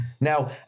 Now